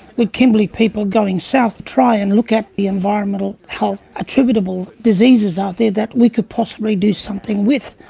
with kimberley people going south to try and look at the environmental health attributable diseases out there that we could possibly do something with.